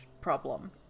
problem